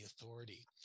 authority